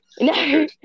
No